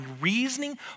reasoning